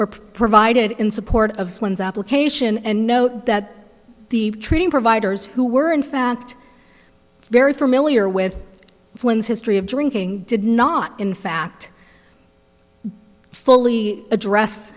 or provided in support of one's application and note that the training providers who were in fact very familiar with flynn's history of drinking did not in fact fully address